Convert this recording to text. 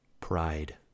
pride